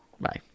Bye